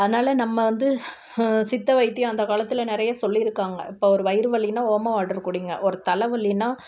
அதனால் நம்ம வந்து சித்த வைத்தியம் அந்த காலத்தில் நிறைய சொல்லி இருக்காங்க இப்போது ஒரு வயிறு வலின்னால் ஓமம் வாட்டர் குடிங்க ஒரு தலைவலின்னா